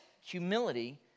Humility